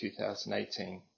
2018